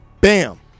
bam